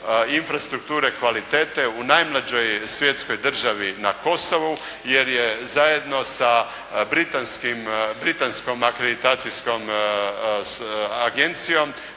infrastrukture kvalitete u najmlađoj svjetskoj državi na Kosovu, jer je zajedno sa Britanskom akreditacijskom agencijom